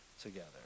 together